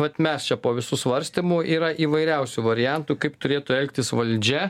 vat mes čia po visų svarstymų yra įvairiausių variantų kaip turėtų elgtis valdžia